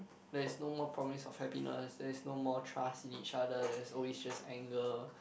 there is no more promise of happiness there is no more trust in each other there is always just anger